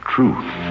Truth